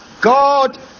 God